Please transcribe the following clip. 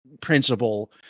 principle